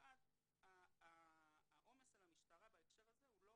הראשון הוא שהעומס על המשטרה בהקשר הזה הוא לא